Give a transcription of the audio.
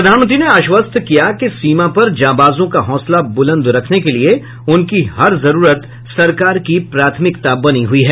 प्रधानमंत्री ने आश्वस्त किया कि सीमा पर जाबाजों का हौसला बुलंद रखने के लिए उनकी हर जरूरत सरकार की प्राथमिकता बनी हुई है